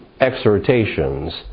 exhortations